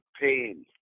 pain